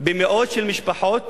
במאות משפחות